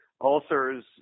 ulcers